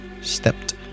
stepped